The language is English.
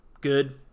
good